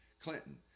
Clinton